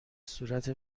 صورت